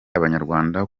abanyarwanda